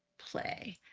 play.